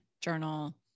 journal